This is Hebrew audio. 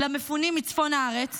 למפונים מצפון הארץ